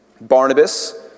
Barnabas